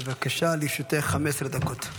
בבקשה, לרשותך 15 דקות.